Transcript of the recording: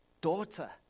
daughter